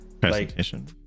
presentation